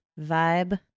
vibe